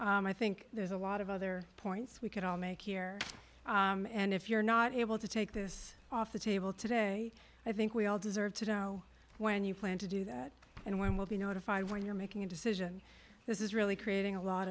and i think there's a lot of other points we can all make here and if you're not able to take this off the table today i think we all deserve to know when you plan to do that and when we'll be notified when you're making a decision this is really creating a lot